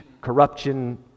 corruption